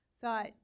thought